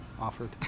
offered